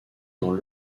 dans